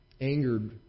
angered